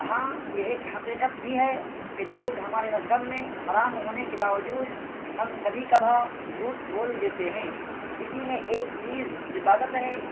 ہاں یہ ایک حقیقت بھی ہے کہ جھوٹ ہمارے مذہب میں حرام ہونے کے باوجود ہم کھبی کبھار جھوٹ بول دیتے ہیں اسی میں ایک چیز عبادت ہے